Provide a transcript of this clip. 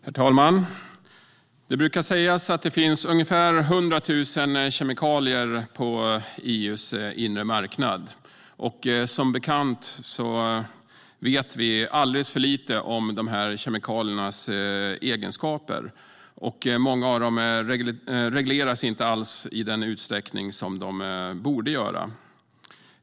Herr talman! Det brukar sägas att det finns ungefär 100 000 kemikalier på EU:s inre marknad. Som bekant vet vi alldeles för lite om dessa kemikaliers egenskaper. Många av dem regleras inte alls i den utsträckning som de borde.